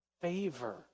Favor